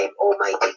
Almighty